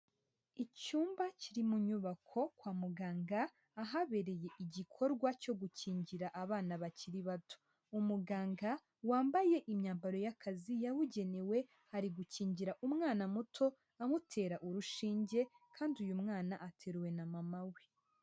Icyumba kiri mu nyubako kwa muganga ahabereye igikorwa cyo gukingira abana bakiri bato, umuganga wambaye imyambaro y'akazi yabugenewe ari gukingira umwana muto amutera urushinge kandi uyu mwana ateruwe na mama we.